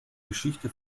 geschichte